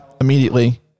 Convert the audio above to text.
immediately